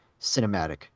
cinematic